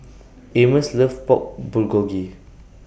Amos loves Pork Bulgogi